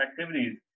activities